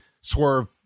swerve